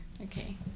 Okay